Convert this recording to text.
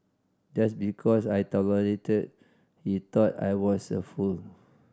just because I tolerated he thought I was a fool